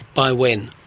by when?